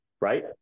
right